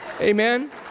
Amen